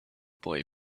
boy